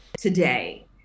today